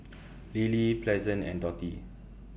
Lily Pleasant and Dottie